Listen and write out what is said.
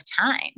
time